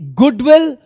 goodwill